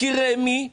כי רמ"י,